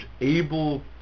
able